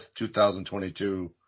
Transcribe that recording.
2022